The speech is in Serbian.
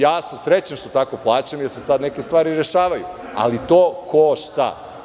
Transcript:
Ja sam srećan što tako plaćam, jer se sad neke stvari rešavaju, ali to košta.